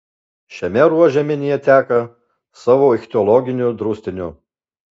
šiame ruože minija teka savo ichtiologiniu draustiniu